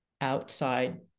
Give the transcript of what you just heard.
outside